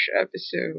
episode